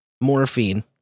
morphine